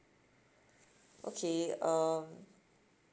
okay uh